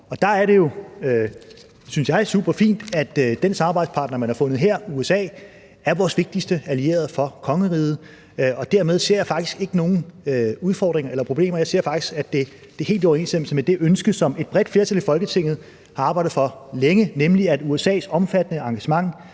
synes jeg, super fint, at den samarbejdspartner, man har fundet her, USA, er vores vigtigste allierede for kongeriget, og dermed ser jeg faktisk ikke nogen udfordringer eller problemer. Jeg ser faktisk, at det er helt i overensstemmelse med det ønske, som et bredt flertal i Folketinget har arbejdet for længe, nemlig at USA's omfattende engagement